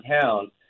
town